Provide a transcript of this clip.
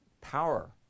Power